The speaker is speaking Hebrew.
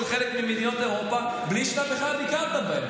חלק ממדינות אירופה בלי שבכלל ביקרת בהן.